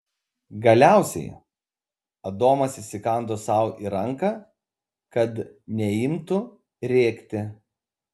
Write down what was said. galiausiai adomas įsikando sau į ranką kad neimtų rėkti